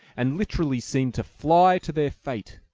and literally seemed to fly to their fate.